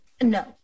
No